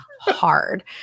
hard